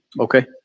Okay